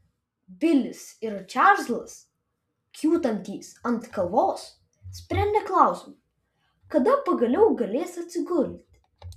bilis ir čarlzas kiūtantys ant kalvos sprendė klausimą kada pagaliau galės atsigulti